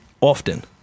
often